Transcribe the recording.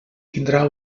tindrà